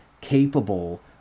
capable